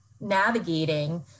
navigating